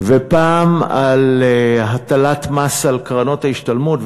ופעם על הטלת מס על קרנות ההשתלמות,